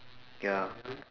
ya